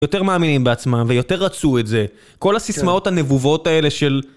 יותר מאמינים בעצמם, ויותר רצו את זה. כל הסיסמאות הנבובות האלה של...